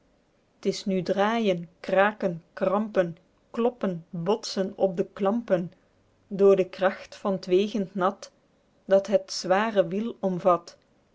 t is nu draeijen kraken krampen kloppen botsen op de klampen door de kragt van t wegend nat dat het zware wiel omvat